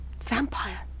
Vampire